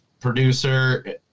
producer